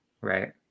Right